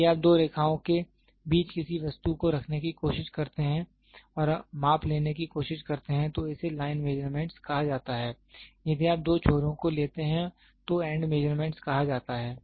यदि आप दो रेखाओं के बीच किसी वस्तु को रखने की कोशिश करते हैं और माप लेने की कोशिश करते हैं तो इसे लाइन मेजरमेंट्स कहा जाता है यदि आप दो छोरों को लेते हैं तो एंड मेजरमेंट्स कहा जाता है